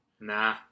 Nah